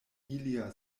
ilia